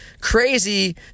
crazy